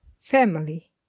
Family